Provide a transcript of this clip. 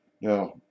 Now